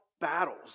battles